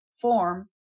form